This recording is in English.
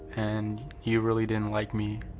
and you really didn't like me.